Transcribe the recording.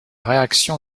réaction